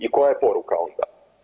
I koja je poruka onda?